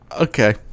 okay